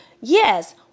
yes